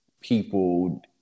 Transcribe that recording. people